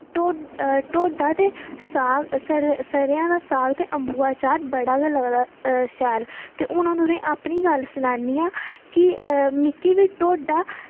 उ'नें ई ढोडा ते साग स'रेआं दा साग ते अम्बुआ दा चार बड़ा गै लगदा शैल ते हून अ'ऊं तुसेंई अपनी गल्ल सनानी आं की मिगी बी ढोडा ते